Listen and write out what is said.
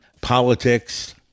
politics